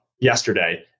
yesterday –